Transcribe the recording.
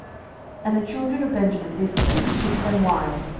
and the children of benjamin did so, and took them wives,